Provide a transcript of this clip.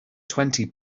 twenty